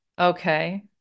Okay